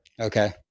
Okay